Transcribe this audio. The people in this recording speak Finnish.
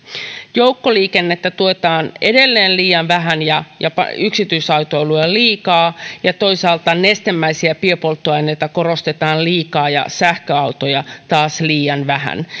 joukkoliikennettä tuetaan edelleen liian vähän ja yksityisautoilua liikaa toisaalta nestemäisiä biopolttoaineita korostetaan liikaa ja sähköautoja taas liian vähän